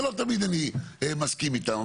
שלא תמיד אני מסכים איתם,